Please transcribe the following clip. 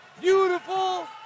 beautiful